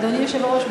אדוני היושב-ראש,